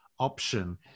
option